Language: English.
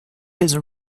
his